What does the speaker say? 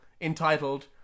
entitled